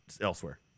elsewhere